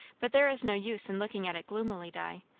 but there is no use in looking at it gloomily, di.